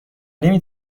نمی